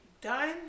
done